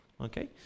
okay